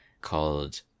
called